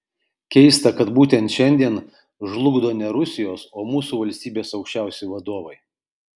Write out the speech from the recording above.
keista kad būtent šiandien žlugdo ne rusijos o mūsų valstybės aukščiausi vadovai